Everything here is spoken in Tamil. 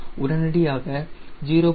உடனடியாக 0